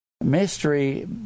Mystery